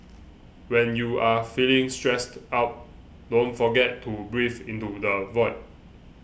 when you are feeling stressed out don't forget to breathe into the void